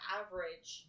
average